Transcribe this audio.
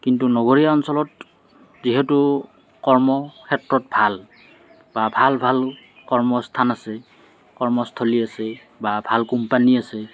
কিন্তু নগৰীয়া অঞ্চলত যিহেতু কৰ্ম ক্ষেত্ৰত ভাল বা ভাল ভাল কৰ্মস্থান আছে কৰ্মস্থলী আছে বা ভাল কোম্পানী আছে